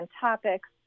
topics